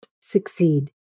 succeed